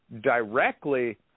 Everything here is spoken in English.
directly